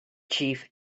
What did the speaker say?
chief